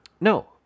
No